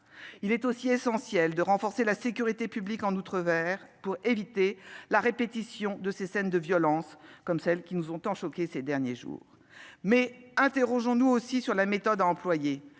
Il est essentiel, aussi, de renforcer la sécurité publique outre-mer, pour éviter la répétition des scènes de violence qui nous ont tant choqués ces derniers jours. Interrogeons-nous aussi sur la méthode à employer.